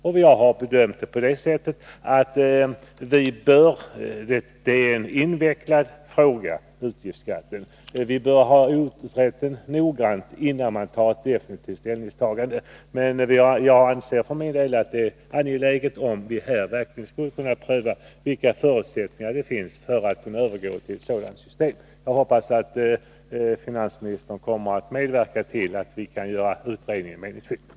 Vi har bedömt det så, att frågan om utgiftsskatt är en invecklad fråga, och vi bör ha utrett den noggrant innan vi gör ett definitivt ställningstagande. Men jag anser för min del att det är angeläget att vi kan pröva vilka förutsättningar det finns för att övergå till ett sådant system. Jag hoppas att finansministern kommer att medverka till att vi kan göra utredningen meningsfylld.